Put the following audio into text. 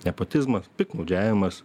nepotizmas piktnaudžiavimas